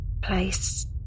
place